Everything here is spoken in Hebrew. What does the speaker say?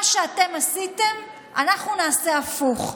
מה שאתם עשיתם, אנחנו נעשה הפוך,